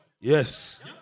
Yes